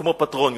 כמו פטרוניוס.